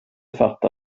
fatta